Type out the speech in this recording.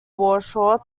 warsaw